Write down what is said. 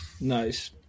Nice